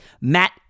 Matt